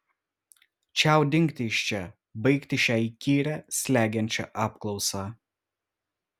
čiau dingti iš čia baigti šią įkyrią slegiančią apklausą